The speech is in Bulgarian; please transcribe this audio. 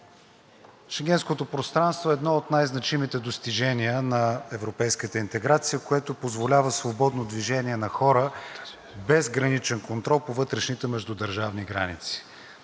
Шенгенското пространство е едно от най-значимите достижения на европейската интеграция, което позволява свободно движение на хора без граничен контрол по вътрешните междудържавни граници.